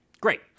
great